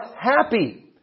happy